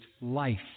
life